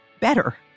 better